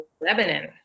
Lebanon